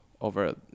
over